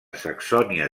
saxònia